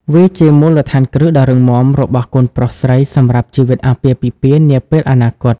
វាជាមូលដ្ឋានគ្រឹះដ៏រឹងមាំរបស់កូនប្រុសស្រីសម្រាប់ជីវិតអាពាហ៍ពិពាហ៍នាពេលអនាគត។